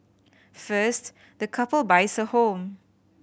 first the couple buys a home